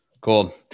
Cool